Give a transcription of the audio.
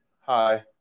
Hi